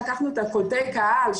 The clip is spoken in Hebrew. לקחנו את קולטי הקהל,